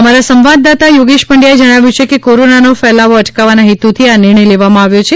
અમારા સંવાદદાતા યોગેશ પંડયાએ જણાવ્યું કે કોરોનાનો ફેલાવો અટકાવવાના હેતુથી આ નિર્ણય લેવામાં આવ્યો છે